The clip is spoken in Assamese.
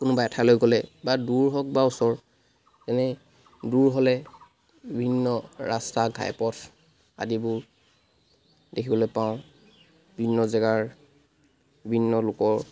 কোনোবা এঠাইলৈ গ'লে বা দূৰ হওক বা ওচৰ এনেই দূৰ হ'লে বিভিন্ন ৰাস্তা ঘাই পথ আদিবোৰ দেখিবলৈ পাওঁ বিভিন্ন জেগাৰ বিভিন্ন লোকৰ